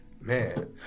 Man